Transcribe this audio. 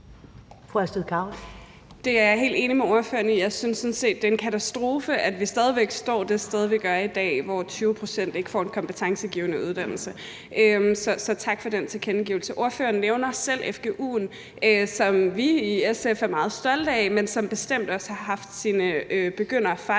Det er jeg helt enig med ordføreren i. Jeg synes sådan set, det er en katastrofe, at vi stadig væk står det sted, vi står i dag, hvor 20 pct. ikke får en kompetencegivende uddannelse. Så tak for den tilkendegivelse. Ordføreren nævner selv fgu'en, som vi i SF er meget stolte af, men som bestemt også har haft sine begynderfejl